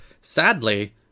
Sadly